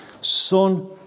son